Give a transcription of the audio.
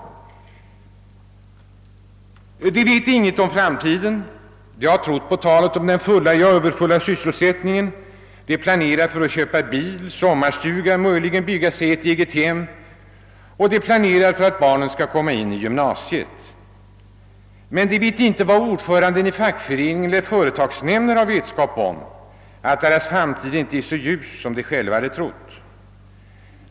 De vet ingenting om framtiden, de har trott på talet om den fulla — ja, överfulla — sysselsättningen, de planerar för att köpa bil och sommarstuga, de planerar för att möjligen kunna bygga sig ett eget hem, de planerar för barnen som skall in i gymnasiet. Men de vet inte vad ordföranden har vetskap om — att deras framtid inte är så ljus som de själva trott.